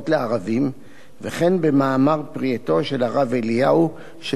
וכן במאמר פרי עטו של הרב אליהו שפורסם בעיתון "הארץ".